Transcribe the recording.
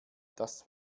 das